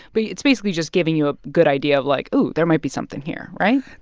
but it's basically just giving you a good idea of like, oh, there might be something here, right?